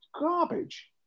garbage